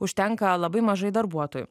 užtenka labai mažai darbuotojų